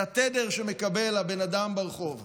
והתדר שמקבל הבן אדם ברחוב,